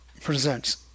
presents